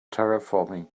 terraforming